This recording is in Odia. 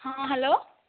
ହଁ ହ୍ୟାଲୋ